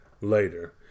later